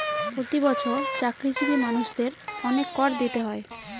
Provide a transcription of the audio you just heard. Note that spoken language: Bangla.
প্রতি বছর চাকরিজীবী মানুষদের অনেক কর দিতে হয়